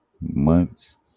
months